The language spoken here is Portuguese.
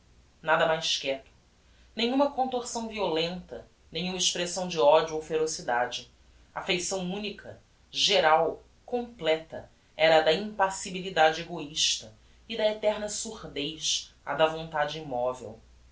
nada mais quieto nenhuma contorsão violenta nenhuma expressão de odio ou ferocidade a feição unica geral completa era a da impassibilidade egoista a da eterna surdez a da vontade immovel